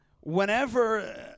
whenever